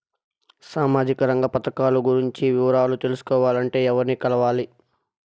సామాజిక రంగ పథకాలు గురించి వివరాలు తెలుసుకోవాలంటే ఎవర్ని కలవాలి?